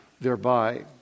thereby